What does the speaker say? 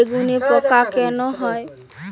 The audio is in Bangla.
বেগুনে পোকা কেন হয়?